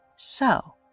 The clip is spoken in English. so,